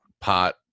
pot